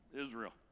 Israel